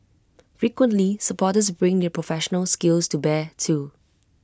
frequently supporters bring their professional skills to bear too